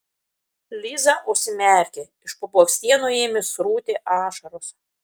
liza užsimerkė iš po blakstienų ėmė srūti ašaros